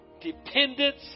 dependence